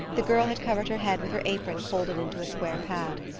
the girl had covered her head with her apron folded into a square pad.